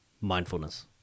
mindfulness